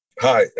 Hi